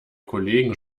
kollegen